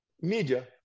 media